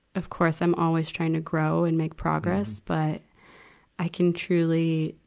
of course, i'm always trying to grow and make progress. but i can truly